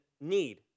need